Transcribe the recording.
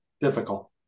difficult